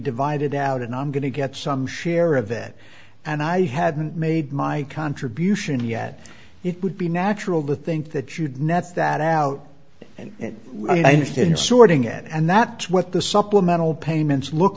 divided out and i'm going to get some share of it and i hadn't made my contribution yet it would be natural to think that you'd nets that out and i'm interested in sorting at and that's what the supplemental payments look